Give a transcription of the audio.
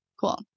Cool